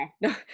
no